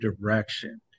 direction